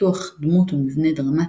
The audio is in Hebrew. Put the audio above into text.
פיתוח דמות ומבנה דרמטי,